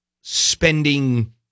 spending